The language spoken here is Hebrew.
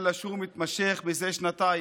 אלא הוא מתמשך זה שנתיים,